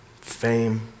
fame